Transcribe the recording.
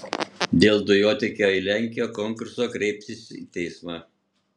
dėl dujotiekio į lenkiją konkurso kreipsis į teismą